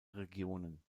regionen